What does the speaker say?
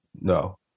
no